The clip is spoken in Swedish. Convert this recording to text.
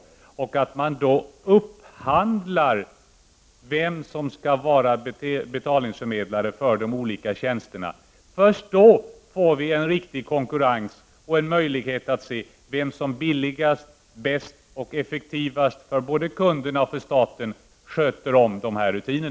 Vi vill att man upphandlar vem som skall vara betalningsförmedlare för de olika tjänsterna. Först då får vi ju en riktigt konkurrens och en möjlighet att se vem som billigast, bäst och effektivast för både kunderna och staten sköter om dessa rutiner.